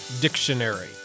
Dictionary